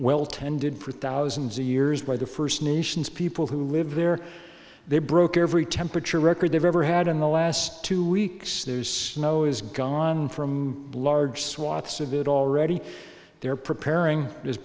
well tended for thousands of years by the first nations people who live there they broke every temperature record they've ever had in the last two weeks there's snow is gone from blue swaths of it already they're preparing as